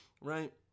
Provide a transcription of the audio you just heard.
right